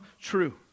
true